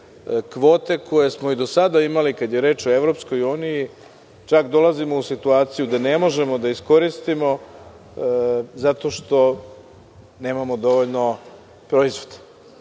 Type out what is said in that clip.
kvote, koje smo i do sada imali kada je reč o EU, čak dolazimo u situaciju da ne možemo da iskoristimo zato što nemamo dovoljno proizvoda.U